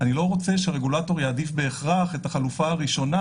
אני לא רוצה שהרגולטור יעדיף בהכרח את החלופה הראשונה